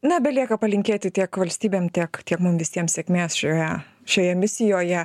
na belieka palinkėti tiek valstybėm tiek tiek mum visiem sėkmės šioje šioje misijoje